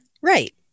Right